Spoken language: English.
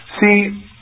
See